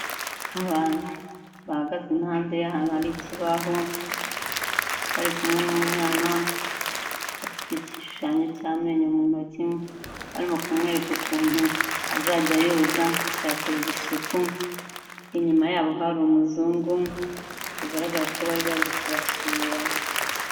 Abantu bahagaze impande y'ahantu hari ikibaho, bari kumwe n'umwana, bafite igishushanyo cy'amenyo mu ntoki, barimo kumwereka ukuntu azajya ayoza akayakorera isuku, inyuma yabo hari umuzungu bigaragara ko bari baje kubasura.